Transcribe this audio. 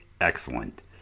excellent